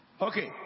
Okay